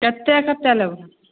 कतेक कतेक लेबहो